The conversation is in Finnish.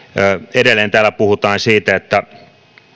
edelleen täällä puhutaan siitä että